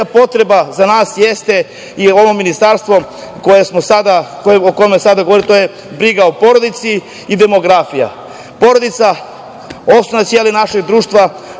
potreba za nas jeste i ovo ministarstvo o kome sada govorimo, briga o porodici i demografija. Porodica je osnovna ćelija našeg društva